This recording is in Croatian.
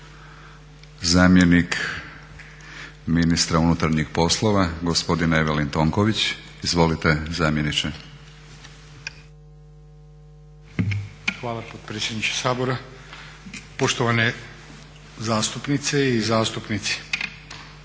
zamjenik ministra unutarnjih poslova gospodin Evelin Tonković. Izvolite zamjeniče. **Tonković, Evelin** Hvala potpredsjedniče Sabora. Poštovane zastupnice i zastupnici.